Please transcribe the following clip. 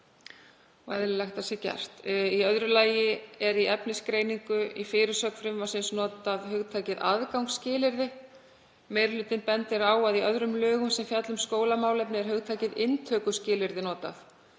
að það sé gert. Í öðru lagi er í efnisgreiningu í fyrirsögn frumvarpsins notað hugtakið „aðgangsskilyrði“. Meiri hlutinn bendir á að í öðrum lögum sem fjalla um skólamálefni er hugtakið „inntökuskilyrði“ notað.